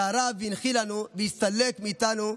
שהרב הנחיל לנו, והסתלק מאיתנו.